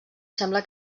sembla